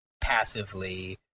passively